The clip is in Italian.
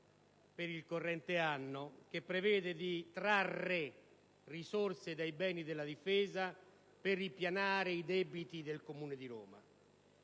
per il corrente anno, la quale prevede di trarre risorse dai beni della Difesa per ripianare i debiti del Comune di Roma.